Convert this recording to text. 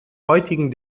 heutigen